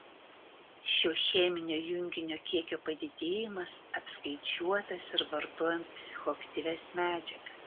šio cheminio junginio kiekio padidėjimas apskaičiuotas ir vartojant psichoaktyvias medžiagas